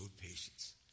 patience